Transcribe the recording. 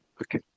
Okay